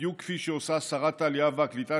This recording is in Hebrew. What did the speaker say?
בדיוק כפי שעושה שרת העלייה והקליטה,